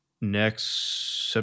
Next